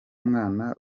mwana